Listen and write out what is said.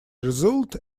result